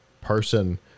person